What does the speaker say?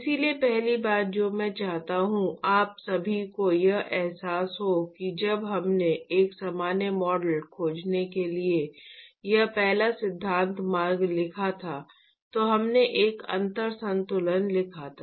इसलिए पहली बात जो मैं चाहता हूं कि आप सभी को यह एहसास हो कि जब हमने एक सामान्य मॉडल खोजने के लिए यह पहला सिद्धांत मार्ग लिखा था तो हमने एक अंतर संतुलन लिखा था